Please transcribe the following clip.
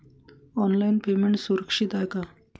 Online payment सुरक्षित आहे का?